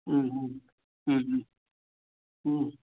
ம் ம் ம் ம் ம்